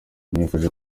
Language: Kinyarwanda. nifuje